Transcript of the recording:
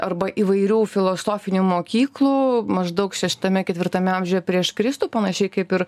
arba įvairių filosofinių mokyklų maždaug šeštame ketvirtame amžiuje prieš kristų panašiai kaip ir